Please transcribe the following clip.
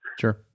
Sure